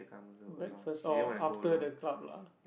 breakfast oh after the club lah